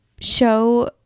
show